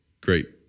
great